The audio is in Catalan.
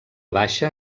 baixa